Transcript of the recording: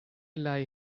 lie